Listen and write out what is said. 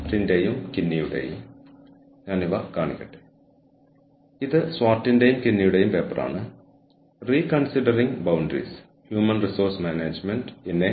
strategic human resource management എന്നത് സ്ഥാപനത്തിന്റെ തന്ത്രപരമായ ലക്ഷ്യങ്ങൾ കൈവരിക്കുന്നതിന് വേണ്ടിയുള്ള ഒരു സ്ഥാപനത്തിന്റെ മാനവ വിഭവശേഷി മാനേജ്മെന്റിനെ സൂചിപ്പിക്കുന്നു